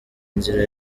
inzira